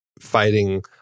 fighting